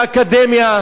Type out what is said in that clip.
ודאי לא בצה"ל.